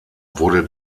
wurde